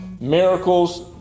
miracles